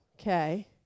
okay